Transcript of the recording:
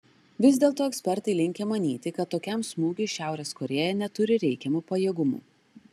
vis dėlto ekspertai linkę manyti kad tokiam smūgiui šiaurės korėja neturi reikiamų pajėgumų